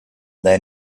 then